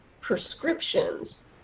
prescriptions